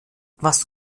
was